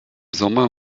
sommer